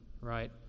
right